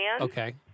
Okay